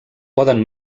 poden